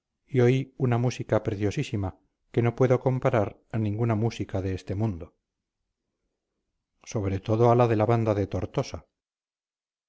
y oí una música preciosísima que no puedo comparar a ninguna música de este mundo sobre todo a la de la banda de tortosa